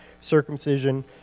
circumcision